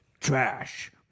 trash